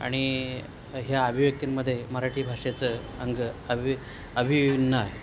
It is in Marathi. आणि ह्या अभिव्यक्तींमध्ये मराठी भाषेचं अंग अ अभिविन्न आहे